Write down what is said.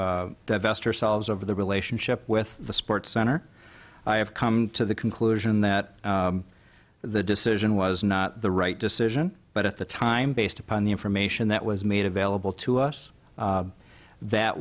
to divest ourselves over the relationship with the sports center i have come to the conclusion that the decision was not the right decision but at the time based upon the information that was made available to us that